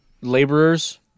laborers